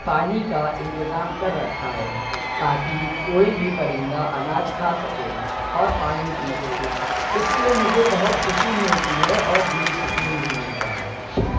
پانی کا انتظام کر رکھا ہے تاکہ کوئی بھی پرندہ اناج کھا سکے اور پانی پی سکے اس سے مجھے بہت خوشی ملتی ہے اور دلی سکون بھی ملتا ہے